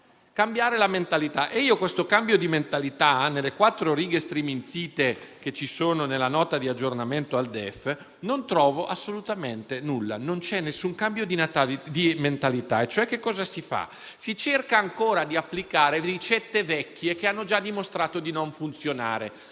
cambiare la mentalità e io, di questo cambio di mentalità, nelle quattro righe striminzite presenti nella Nota di aggiornamento al DEF non trovo assolutamente nulla. Non c'è alcun cambio di mentalità. Si cerca, invece, ancora di applicare ricette vecchie, che hanno già dimostrato di non funzionare.